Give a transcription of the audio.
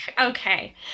Okay